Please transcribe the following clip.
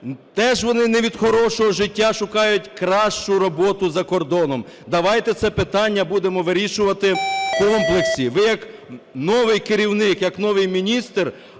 Теж вони не від хорошого життя шукають кращу роботу за кордоном. Давайте це питання будемо вирішувати в комплексі. Ви як новий керівник, як новий міністр,